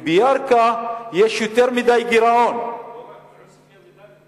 כי בירכא יש גירעון גדול מדי.